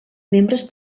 membres